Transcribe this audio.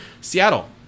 Seattle